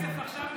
כסף מזומן עכשיו,